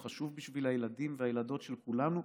הוא חשוב בשביל הילדים והילדות של כולנו,